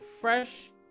Fresh